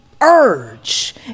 urge